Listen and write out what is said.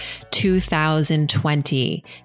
2020